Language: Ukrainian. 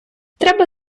треба